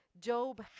Job